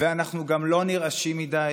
ואנחנו גם לא נרעשים מדי